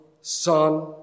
Son